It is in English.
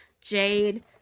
Jade